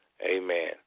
Amen